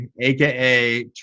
aka